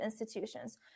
institutions